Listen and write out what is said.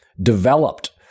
developed